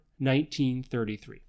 1933